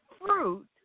fruit